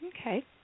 Okay